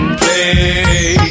play